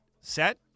set